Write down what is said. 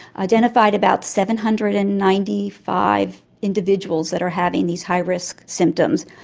identified about seven hundred and ninety five individuals that are having these high-risk symptoms.